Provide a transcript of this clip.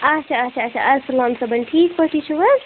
اچھا اچھا اچھا ارسلان صٲبِنۍ ٹھیٖک پٲٹھی چھِو حظ